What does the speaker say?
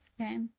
okay